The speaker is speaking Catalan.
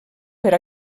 per